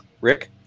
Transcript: Rick